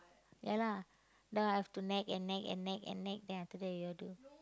ya lah then I have to nag and nag and nag and nag then after that you all do